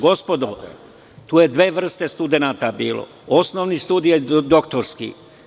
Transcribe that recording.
Gospodo, tu je dve vrste studenata bilo, osnovnih studija i doktorskih.